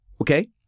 okay